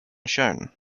shown